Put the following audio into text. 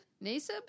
Nasib